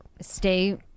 Stay